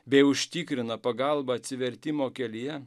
bei užtikrina pagalbą atsivertimo kelyje